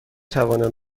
توانم